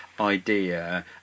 idea